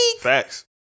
Facts